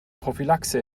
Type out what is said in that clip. prophylaxe